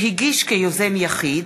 שהגיש כיוזם יחיד